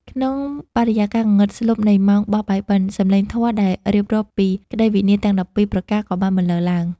ក្នុងបរិយាកាសងងឹតស្លុបនៃម៉ោងបោះបាយបិណ្ឌ សម្លេងធម៌ដែលរៀបរាប់ពីក្ដីវិនាសទាំង ១២ ប្រការក៏បានបន្លឺឡើង។